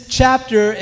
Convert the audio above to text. chapter